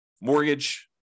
mortgage